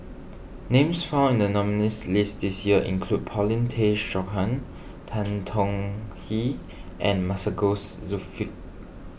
names found in the nominees' list this year include Paulin Tay Straughan Tan Tong Hye and Masagos